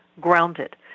grounded